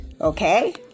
Okay